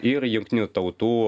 ir jungtinių tautų